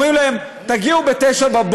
אומרים להם: תגיעו ב-09:00,